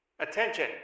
attention